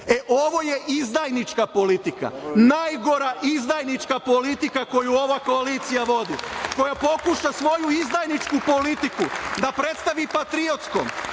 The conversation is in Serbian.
e ovo je izdajnička politika, najgora izdajnička politika koju ova koalicija vodi, koja pokuša svoju izdajničku politiku da predstavi patriotskom,